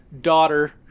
daughter